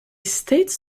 states